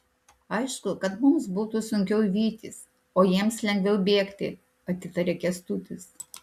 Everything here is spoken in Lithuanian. aišku kad mums būtų sunkiau vytis o jiems lengviau bėgti atitaria kęstutis